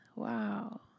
Wow